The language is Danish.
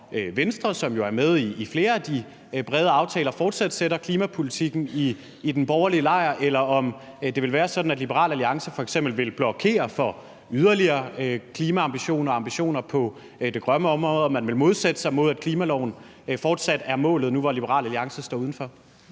som jo er med i flere af de brede aftaler, fortsat sætter klimapolitikken i den borgerlige lejr? Eller vil det være sådan, at Liberal Alliance f.eks. vil blokere for yderligere klimaambitioner og ambitioner på det grønne område, og at man vil modsætte sig, at klimaloven fortsat er målet, nu hvor Liberal Alliance står udenfor?